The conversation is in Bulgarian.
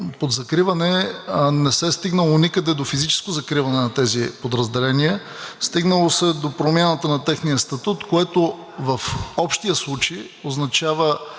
под закриване не се е стигнало никъде до физическо закриване на тези подразделения. Стигнало се е до промяната на техния статут, което в общия случай означава